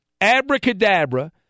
Abracadabra